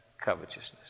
covetousness